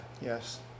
yes